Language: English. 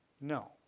No